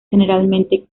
generalmente